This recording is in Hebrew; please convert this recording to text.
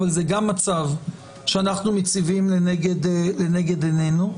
אבל זה גם מצב שאנחנו מציבים נגד עינינו.